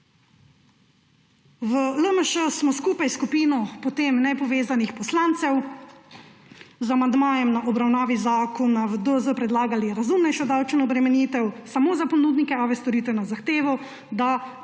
V LMŠ smo skupaj s skupino nepovezanih poslancev z amandmajem na obravnavi zakona v DZ predlagali razumnejšo davčno obremenitev samo za ponudnike AV storitev na zahtevo,